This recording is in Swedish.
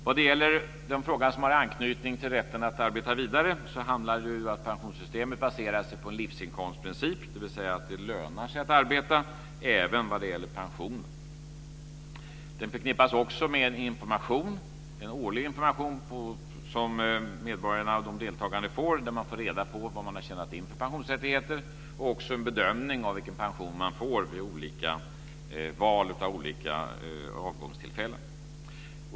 Vad det gäller den fråga som har anknytning till rätten att arbeta vidare handlar det om att pensionssystemet baserar sig på en livsinkomstprincip, dvs. att det lönar sig att arbeta även vad det gäller pensionen. Den förknippas också med en årlig information till de deltagande medborgarna om vilka pensionsrättigheter man har tjänat in och också en bedömning av vilken pension man får vid olika avgångstillfällen.